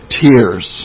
tears